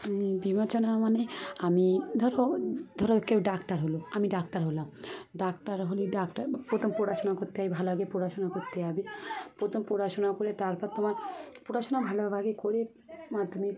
বিবেচনা মানে আমি ধরো ধরো কেউ ডাক্তার হলো আমি ডাক্তার হলাম ডাক্তার হলেই ডাক্তার প্রথম পড়াশোনা করতে হয় ভালোভাবে পড়াশোনা করতে হবে প্রথম পড়াশোনা করে তারপর তোমার পড়াশোনা ভালোভাবে আগে করে মাধ্যমিক